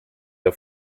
der